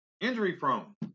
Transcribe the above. Injury-prone